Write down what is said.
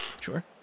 Sure